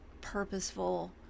purposeful